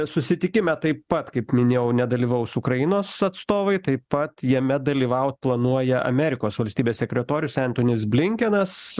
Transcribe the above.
susitikime taip pat kaip minėjau nedalyvaus ukrainos atstovai taip pat jame dalyvaut planuoja amerikos valstybės sekretorius entonis blinkenas